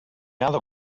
other